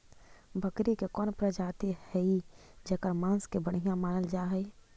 बकरी के कौन प्रजाति हई जेकर मांस के बढ़िया मानल जा हई?